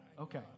Okay